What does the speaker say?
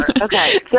okay